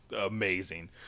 amazing